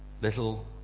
little